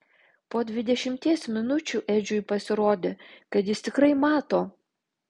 po dvidešimties minučių edžiui pasirodė kad jis tikrai mato